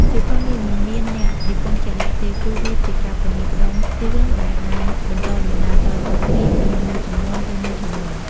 សៀវភៅនេះមិនមានអ្នកនិពន្ធជាក់លាក់ទេ ព្រោះវាជាការប្រមូលផ្តុំរឿងដែលបានបន្តដំណាលតៗគ្នាពីមួយជំនាន់ទៅមួយជំនាន់។